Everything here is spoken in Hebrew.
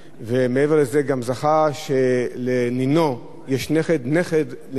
ומעבר לזה גם זכה שלנינו יש נכד, נכד לנין,